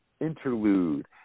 Interlude